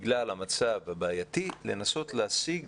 בגלל המצב הבעייתי לנסות להשיג